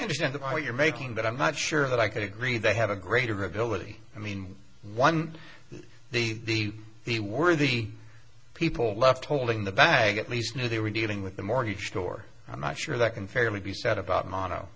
understand what you're making but i'm not sure that i could agree they had a greater ability i mean one day they were the people left holding the bag at least knew they were dealing with the mortgage store i'm not sure that can fairly be said about